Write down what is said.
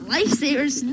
Lifesavers